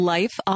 Life